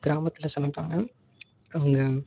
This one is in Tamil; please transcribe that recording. கிராமத்தில் சமைப்பாங்க அவங்க